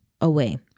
away